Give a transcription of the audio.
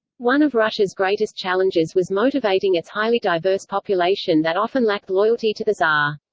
one of russia's greatest challenges was motivating its highly diverse population that often lacked loyalty to the tsar.